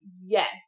Yes